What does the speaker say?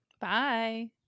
bye